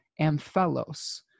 Amphelos